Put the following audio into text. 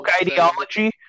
ideology